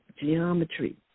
geometry